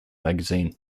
magazine